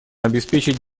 обеспечить